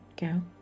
go